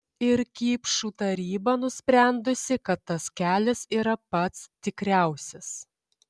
ir kipšų taryba nusprendusi kad tas kelias yra pats tikriausias